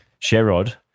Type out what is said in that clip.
Sherrod